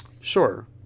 sure